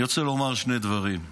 אני רוצה לומר שני דברים: